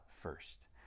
first